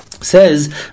says